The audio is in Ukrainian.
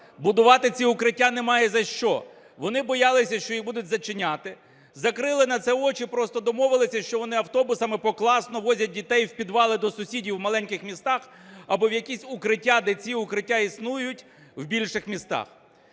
будувати ці укриття немає за що. Вони боялися, що їх будуть зачиняти, закрили на це очі, просто домовилися, що вони автобусами покласно возять дітей в підвали до сусідів в маленьких містах або в якісь укриття, де ці укриття існують, в більших містах.